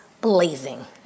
blazing